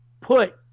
put